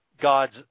God's